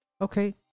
Okay